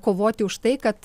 kovoti už tai kad